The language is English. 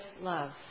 love